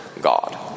God